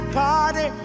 party